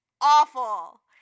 awful